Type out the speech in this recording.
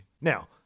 Now